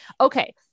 okay